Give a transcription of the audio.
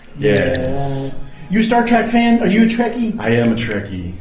yeah you star trek fan. are you trekkie? i am a trekkie.